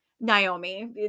Naomi